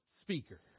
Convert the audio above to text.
speaker